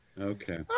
Okay